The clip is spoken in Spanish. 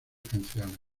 canciones